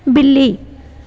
ਬਿੱਲੀ